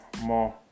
more